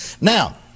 Now